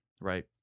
right